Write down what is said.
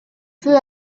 peu